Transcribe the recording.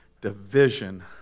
division